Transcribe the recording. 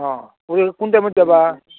অ' কোন টাইমত যাবা